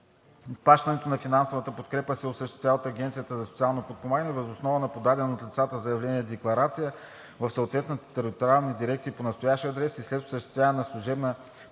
Изплащането на финансовата подкрепа се осъществява от Агенцията за социално подпомагане въз основа на подадено от лицата заявление-декларация в съответните териториални дирекции по настоящ адрес и след осъществяване на служебна проверка